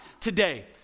today